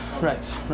right